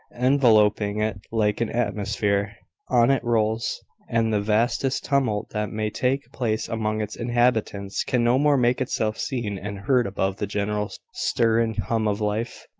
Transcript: enveloping it like an atmosphere on it rolls and the vastest tumult that may take place among its inhabitants can no more make itself seen and heard above the general stir and hum of life,